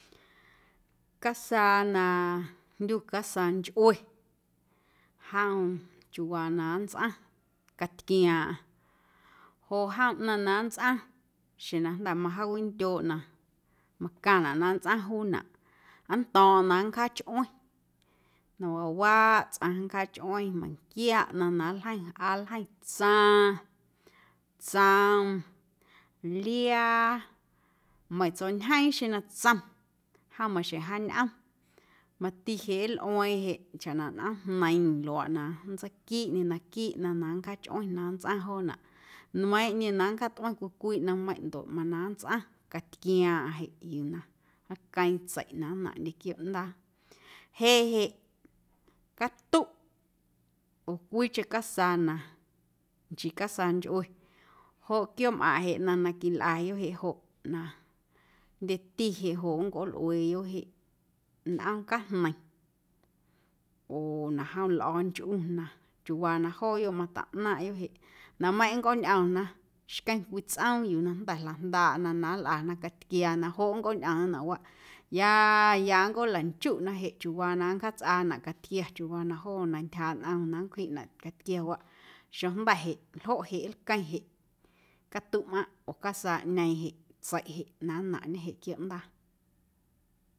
Casaa na jndyu casaanchꞌue jom chiuuwaa na nntsꞌaⁿ catyquiaaⁿꞌaⁿ joꞌ jom ꞌnaⁿ na nntsꞌaⁿ xeⁿ na jnda̱ majaawindyooꞌ na macaⁿnaꞌ na nntsꞌaⁿ juunaꞌ nnto̱o̱ⁿꞌo̱ⁿ na nncjaachꞌueⁿ na waawaaꞌ tsꞌaⁿ nncjaachꞌueⁿ meiⁿnquia ꞌnaⁿ na nljeiⁿ aa nljeiⁿ tsaⁿ, tsom, liaa meiiⁿ tsuaꞌñjeeⁿ xjeⁿ na tsom jom maxjeⁿ wjaañꞌom mati jeꞌ nlꞌueeⁿ jeꞌ chaꞌ na nꞌoomjneiⁿ luaaꞌ na nntseiquiiꞌñe naquiiꞌ ꞌnaⁿ na nncjaachꞌueⁿ na nntsꞌaⁿ joonaꞌ nmeiiⁿꞌ niom na nncjaatꞌmeiⁿ cwii cwii nnom ꞌnaⁿmeiⁿꞌ ndoꞌ mana nntsꞌaⁿ catyquiaaⁿꞌaⁿ jeꞌ yuu na aꞌqueeⁿ tseiꞌ na nnaⁿꞌndye quiooꞌndaa jeꞌ jeꞌ catuꞌ oo cwiicheⁿ casa na nchii casaanchꞌue joꞌ quiooꞌmꞌaⁿꞌ jeꞌ ꞌnaⁿ na quilꞌayoꞌ jeꞌ joꞌ na jndyeti jeꞌ joꞌ nncꞌoolꞌueeyoꞌ jeꞌ nꞌoom cajneiⁿ oo na jom lꞌoonchꞌu na chiuuwaa na jooyoꞌ mataꞌnaaⁿꞌyoꞌ jeꞌ naⁿꞌmeiⁿꞌ nncꞌooñꞌomna xqueⁿ cwii tsꞌoom yuu na jnda̱ jlajndaaꞌna na nlꞌana catyquiaana na joꞌ nncꞌooñꞌomna nawaꞌ ya ya nncꞌoolanchuꞌna jeꞌ chiuuwaa na nncjaatsꞌaanaꞌ catyquia chiuuwaa na joo na ntyjaaꞌ nꞌom na nncwjiꞌnaꞌ catyquiawaꞌ xeⁿjnda̱ jeꞌ ljoꞌ jeꞌ lqueⁿ jeꞌ catuꞌmꞌaⁿꞌ oo casaaꞌñeeⁿ jeꞌ tseiꞌ jeꞌ na nnaⁿꞌndye jeꞌ quiooꞌndaa.